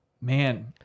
Man